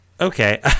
Okay